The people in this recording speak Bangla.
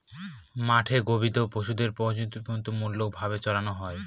মাঠে গোবাদি পশুদের পর্যায়বৃত্তিমূলক ভাবে চড়ানো হয়